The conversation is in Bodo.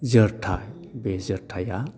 जोरथा बे जोरथाया